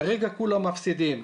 כרגע כולם מפסידים.